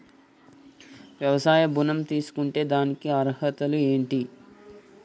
వ్యవసాయ ఋణం తీసుకుంటే దానికి అర్హతలు ఏంటి?